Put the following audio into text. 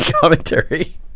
commentary